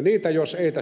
niitä jos ei